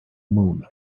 moon